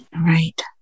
Right